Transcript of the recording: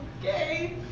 okay